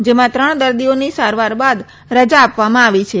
જેમાં ત્રણ દર્દીઓની સારવાર બાદ રજા આપવામાં આવી છે